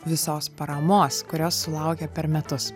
visos paramos kurios sulaukia per metus